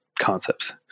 concepts